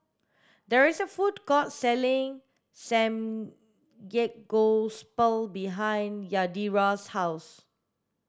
there is a food court selling Samgeyopsal behind Yadira's house